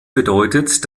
bedeutet